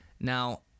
Now